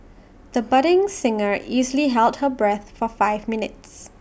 the budding singer easily held her breath for five minutes